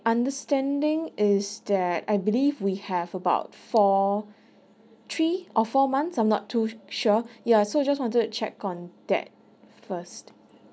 understanding is that I believe we have about four three or four months I'm not too sure ya so I just wanted to check on that first